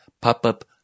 pop-up